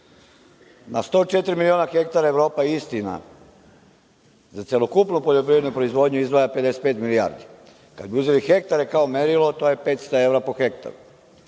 104 miliona hektara Evropa, istina, za celokupnu poljoprivrednu proizvodnju izdvaja 55 milijardi. Kada bi uzeli hektare kao merilo, to je 500 evra po hektaru.